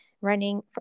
running